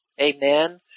Amen